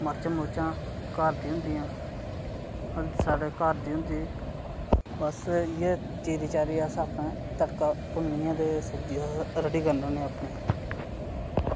मर्च सब घर दियां होंदियां सारे घर दी होंदी बस इ'यै चीरी चारियै अस अपने तड़का भुन्नियै ते सब्जी अस रेडी करने होन्ने अपनी